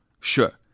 Sure